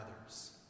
others